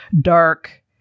dark